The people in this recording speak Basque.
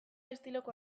estiloko